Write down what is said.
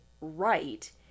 right